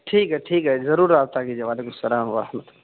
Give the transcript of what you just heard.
ٹھیک ہے ٹھیک ہے ضرور رابطہ کیجیے وعلیکم السلام ورحمتہ اللہ